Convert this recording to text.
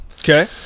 Okay